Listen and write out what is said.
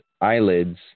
eyelids